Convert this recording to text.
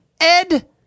Ed